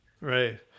Right